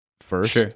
first